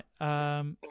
right